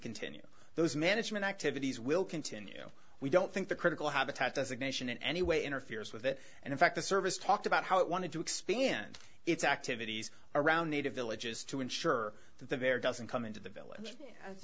continue those management activities will continue we don't think the critical habitat as a nation in any way interferes with it and in fact the service talked about how it wanted to expand its activities around native villages to ensure that there doesn't come into the village as